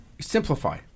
simplify